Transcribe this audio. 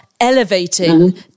elevating